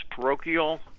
parochial